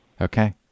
Okay